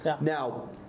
Now